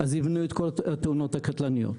ימנעו את כל התאונות הקטלניות.